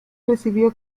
recibió